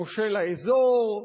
מושל האזור,